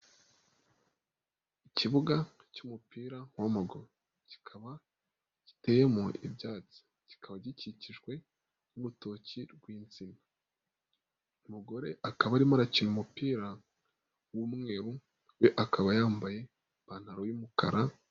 Ikibuga cy'umupira wamaguru kikaba giteyemo ibyatsi, kikaba gikikijwe n'urutoki rwinsina. Umugore akaba arimo arakina umupira w'umweru we akaba yambaye ipantaro y'umukara.